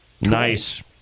Nice